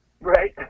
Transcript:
right